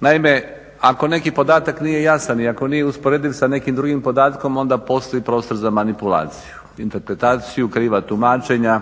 Naime, ako neki podatak nije jasan i ako nije usporediv sa nekim drugim podatkom, onda postoji prostor za manipulaciju, interpretaciju, kriva tumačenja,